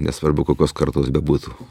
nesvarbu kokios kartos bebūtų